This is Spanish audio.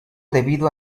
debido